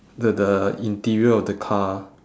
the the interior of the car